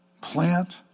Plant